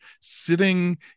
sitting